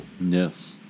yes